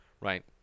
Right